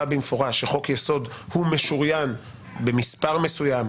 במפורש שחוק יסוד הוא משוריין במספר מסוים,